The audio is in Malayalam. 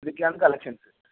ഇതൊക്കെയാണ് കളക്ഷൻസ്